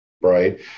Right